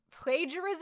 plagiarism